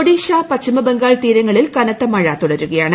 ഒഡീഷ പശ്ചിമബംഗാൾ തീരങ്ങളിൽ കനത്ത മഴ തുടരുകയാണ്